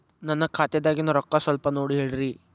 ನನ್ನ ಖಾತೆದಾಗಿನ ರೊಕ್ಕ ಸ್ವಲ್ಪ ನೋಡಿ ಹೇಳ್ರಿ